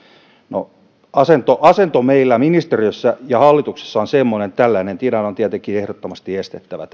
no asento asento meillä ministeriössä ja hallituksessa on semmoinen että tällainen tilanne on tietenkin ehdottomasti estettävä